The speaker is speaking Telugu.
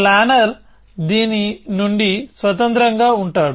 ప్లానర్ దీని నుండి స్వతంత్రంగా ఉంటాడు